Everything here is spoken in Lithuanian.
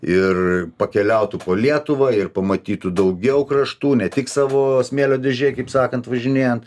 ir pakeliautų po lietuvą ir pamatytų daugiau kraštų ne tik savo smėlio dėžėj kaip sakant važinėjant